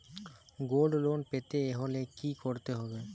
Gold loan পেতে হলে কি করতে হবে?